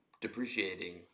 depreciating